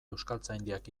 euskaltzaindiak